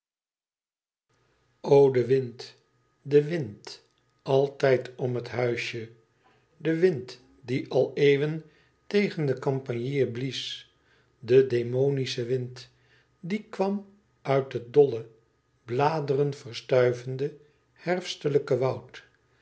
de wind de wind altijd om het huisje de wind die al eeuwen tegen de campanile blies de demonische wind die kwam uit het dolle bladeren verstuivende herfstelijke woud